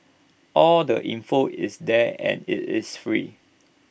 all the info is there and IT is free